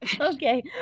okay